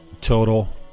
total